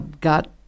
got